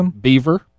beaver